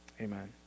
Amen